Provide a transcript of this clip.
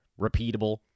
repeatable